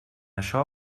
això